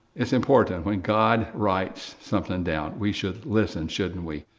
it's important when god writes something down. we should listen, shouldn't we?